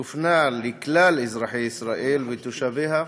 יופנה לכלל אזרחי ישראל ותושביה,